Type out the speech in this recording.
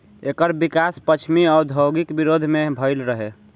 एकर विकास पश्चिमी औद्योगिक विरोध में भईल रहे